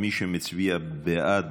מי שמצביע בעד,